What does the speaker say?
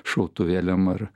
šautuvėliam ar